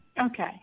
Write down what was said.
Okay